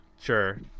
sure